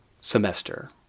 semester